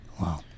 Wow